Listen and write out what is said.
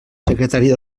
secretaria